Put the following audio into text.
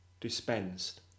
dispensed